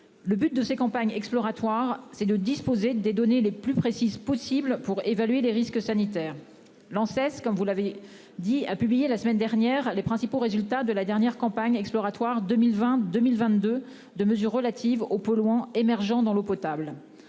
Le but de ces campagnes exploratoires est de disposer des données les plus précises possible pour évaluer les risques sanitaires. L'Anses, vous l'avez dit, a publié la semaine dernière les principaux résultats de la dernière campagne exploratoire 2020-2022, relative aux polluants émergeant dans l'eau potable.